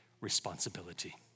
responsibility